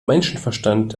menschenverstand